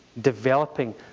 developing